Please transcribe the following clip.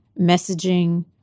messaging